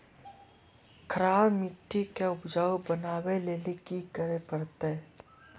खराब मिट्टी के उपजाऊ बनावे लेली की करे परतै?